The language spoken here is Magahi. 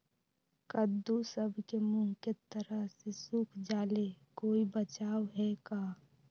कददु सब के मुँह के तरह से सुख जाले कोई बचाव है का?